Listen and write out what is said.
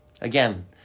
again